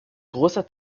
großer